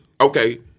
okay